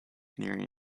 nearing